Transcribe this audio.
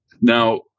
now